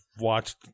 watched